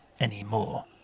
anymore